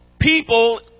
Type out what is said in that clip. people